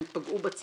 הם פגעו בצרכנים,